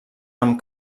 amb